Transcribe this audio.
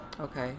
Okay